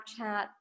Snapchat